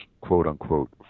quote-unquote